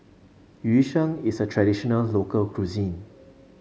Yu Sheng is a traditional local cuisine